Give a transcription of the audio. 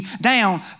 down